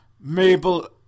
Mabel